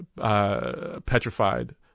petrified